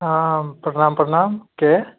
हँ प्रणाम प्रणाम केँ